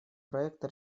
проекта